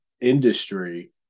industry